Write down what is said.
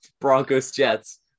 Broncos-Jets